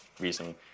reason